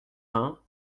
reins